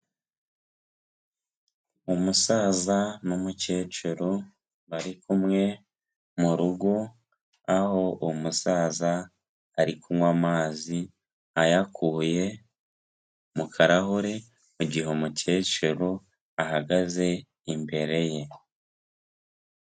Umusaza n'umukecuru bari kumwe mu rugo, aho umusaza ari kunywa amazi ayakuye mu karahure mu gihe umukecuru ahagaze imbere ye.